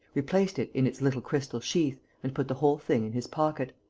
replaced it in its little crystal sheath and put the whole thing in his pocket.